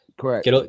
Correct